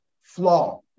flaw